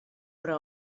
però